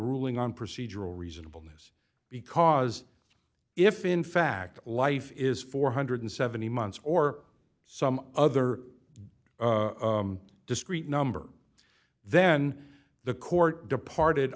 ruling on procedural reasonable news because if in fact life is four hundred and seventy months or some other discrete number then the court departed